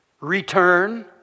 return